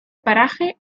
paraje